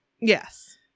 Yes